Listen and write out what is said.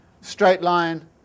straight-line